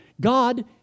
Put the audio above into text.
God